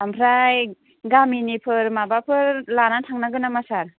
ओमफ्राय गामिनिफोर माबाफोर लानानै थांनांगोन नामा सार